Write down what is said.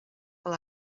fel